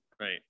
right